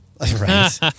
Right